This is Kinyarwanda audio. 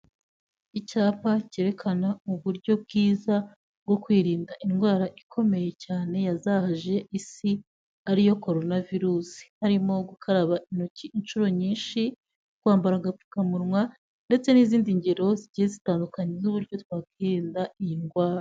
Icyapa cyerekana uburyo bwiza bwo kwirinda indwara ikomeye cyane yazahaje isi ariyo Corona Virus. Harimo gukaraba intoki inshuro nyinshi, kwambara agapfukamunwa ndetse n'izindi ngero zigiye zitandukanye z'uburyo twakwirinda iyi ndwara.